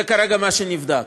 זה כרגע מה שנבדק.